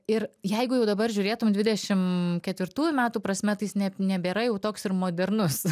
ir jeigu jau dabar žiūrėtum dvidešim ketvirtųjų metų prasme tai jis ne nebėra jau toks ir modernus